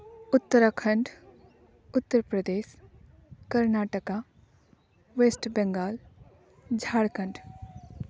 Uttarakhand Uttar Pradesh Karnataka West Bengal Jharkhand